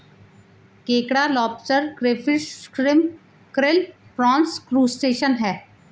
केकड़ा lobster crayfish shrimp krill prawns crustacean है